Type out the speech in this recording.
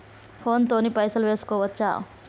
Phone తోని పైసలు వేసుకోవచ్చా?